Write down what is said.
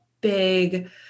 big